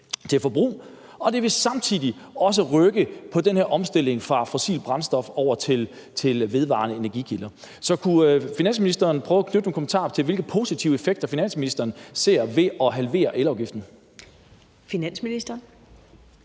til forbrug, og det vil samtidig også rykke på den her omstilling fra fossilt brændstof over til vedvarende energikilder. Så kunne finansministeren prøve at knytte nogle kommentarer til, hvilke positive effekter finansministeren ser ved at halvere elafgiften? Kl. 13:55 Første